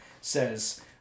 says